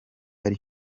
ari